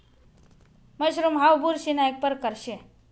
mushroom हाऊ बुरशीना एक परकार शे